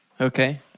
Okay